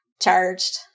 charged